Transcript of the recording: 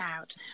out